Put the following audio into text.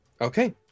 Okay